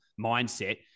mindset